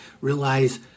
realize